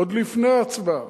עוד לפני ההצבעה,